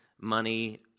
money